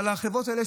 אבל החברות האלה,